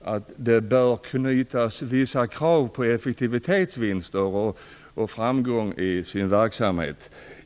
"att det till det statliga stödet bör knytas vissa krav på verksamhetens inriktning och resultat.". Fru talman!